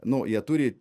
nu jie turi